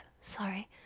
sorry